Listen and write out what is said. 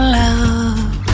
love